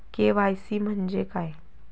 KYC म्हणजे काय?